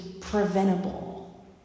preventable